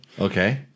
Okay